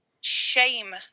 shame